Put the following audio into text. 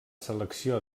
selecció